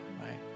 Right